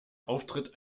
auftritt